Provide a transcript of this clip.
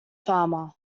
farmer